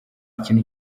kintu